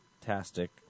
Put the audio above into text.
fantastic